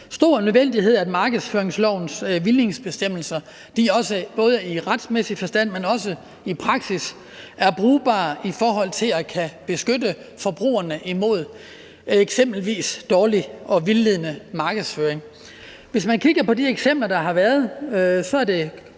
stor nødvendighed, at markedsføringslovens vildledningsbestemmelser, både i retsmæssig forstand, men også i praksis, er brugbare i forhold til at kunne beskytte forbrugerne imod eksempelvis dårlig og vildledende markedsføring. Hvis man kigger på de eksempler, der har været, er det